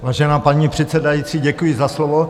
Vážená paní předsedající, děkuji za slovo.